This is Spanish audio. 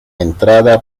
entrada